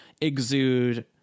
exude